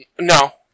No